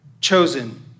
chosen